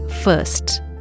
first